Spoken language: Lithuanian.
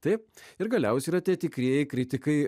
taip ir galiausiai yra tie tikrieji kritikai